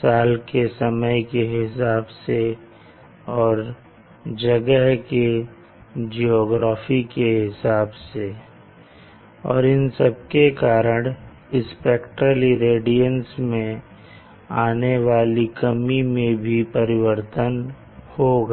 साल के समय के हिसाब से और जगह के जीआग्रफी के हिसाब से और इन सबके कारण स्पेक्ट्रेल इरेडियंस में आने वाली कमी में भी परिवर्तन होगा